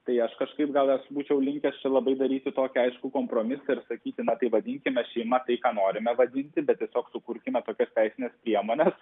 tai aš kažkaip gal aš būčiau linkęs čia labai daryti tokį aiškų kompromisą ir sakyti na tai vadinkime šeima tai ką norime vadinti bet tiesiog sukurkime tokias teisines priemones